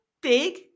big